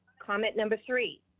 comment number three.